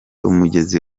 umugezi